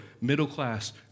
middle-class